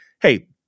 hey